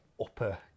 upper